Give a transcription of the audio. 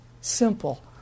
simple